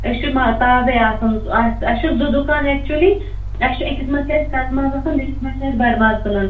أسۍ چھِ ما تازے آسان سُہ آسہِ اسہِ چھِ زٕ دُکان ایٚکچٕؤلی اسہِ چھِ أکِس منٛز چھِ اسہِ کَٹہٕ ماز آسان بیٚیِس منٛز چھِ اسہِ بَڑٕ ماز کٕنان